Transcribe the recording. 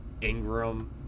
Ingram